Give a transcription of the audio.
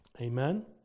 Amen